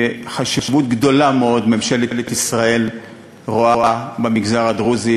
וחשיבות גדולה מאוד ממשלת ישראל רואה במגזר הדרוזי,